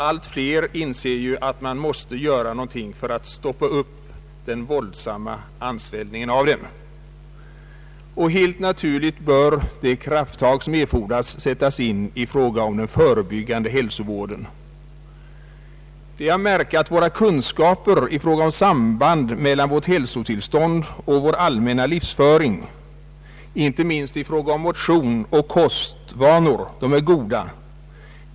Allt fler inser att man måste göra någonting för att stoppa den våldsamma ansvällningen av dessa kostnader. Helt naturligt bör då främst krafttag sättas in i fråga om den förebyggande hälsovården. Det är att märka att våra kunskaper om sambandet mellan vårt hälsotillstånd och vår allmänna livsföring, inte minst i fråga om motion och kostvanor, är goda.